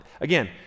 Again